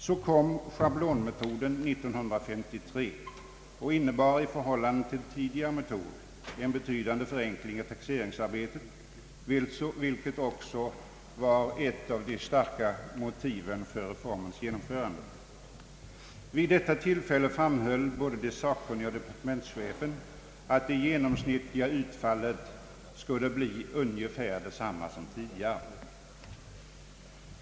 Så kom schablonmetoden år 1953 och innebar i förhållande till tidigare metod en betydande förenkling av taxeringsarbetet, vilket också var ett av de starkare motiven för reformens genomförande. Vid detta tillfälle framhöll både de sakkunniga och departementschefen att det genomsnittliga utfallet skulle bli ungefär detsamma som tidigare.